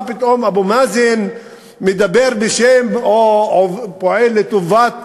ומה פתאום אבו מאזן מדבר בשם או פועל לטובת